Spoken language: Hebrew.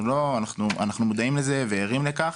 אנחנו מודעים לזה וערים לכך.